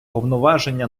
повноваження